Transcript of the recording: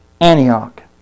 Antioch